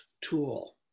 tool